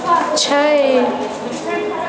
छै